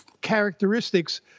characteristics